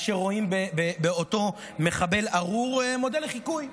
אשר רואים באותו מחבל ארור מודל לחיקוי.